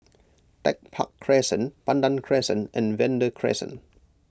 Tech Park Crescent Pandan Crescent and Vanda Crescent